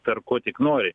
tarp ko tik nori